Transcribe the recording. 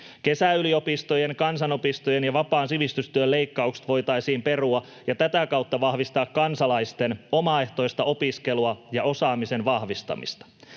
Kesäyliopistojen, kansanopistojen ja vapaan sivistystyön leikkaukset voitaisiin perua ja tätä kautta vahvistaa kansalaisten omaehtoista opiskelua ja osaamisen vahvistamista.